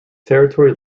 territory